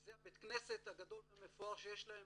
זה בית הכנסת הגדול והמפואר שיש להם.